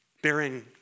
bearing